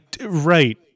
Right